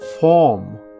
form